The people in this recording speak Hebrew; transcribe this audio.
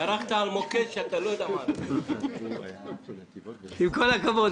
דרכת על מוקש שאתה לא יודע מה --- עם כל הכבוד,